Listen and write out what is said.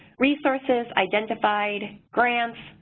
resources identified, grants,